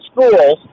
schools